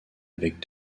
avec